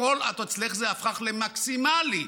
הכול אצלך הפך למקסימלית.